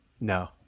No